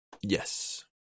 Yes